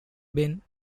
been